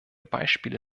beispiele